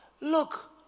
Look